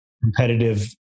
competitive